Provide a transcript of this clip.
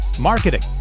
marketing